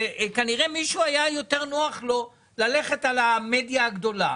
שכנראה היה למישהו יותר נוח ללכת על המדיה הגדולה.